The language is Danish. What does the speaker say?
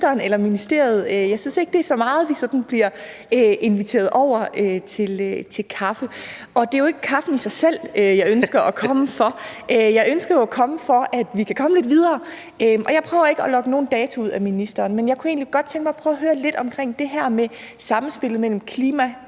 Jeg synes ikke, det er så meget, at vi sådan bliver inviteret over til kaffe. Det er jo ikke kaffen i sig selv, jeg ønsker at komme for; jeg ønsker at komme, for at vi kan komme lidt videre. Jeg prøver ikke at lokke nogen dato ud af ministeren, men jeg kunne egentlig godt tænke mig at prøve at høre lidt om det her med samspillet mellem